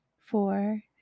four